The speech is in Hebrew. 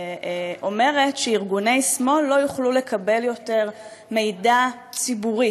שאומרת שארגוני שמאל לא יוכלו יותר לקבל מידע ציבורי